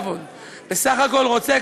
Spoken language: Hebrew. בסך הכול רוצה,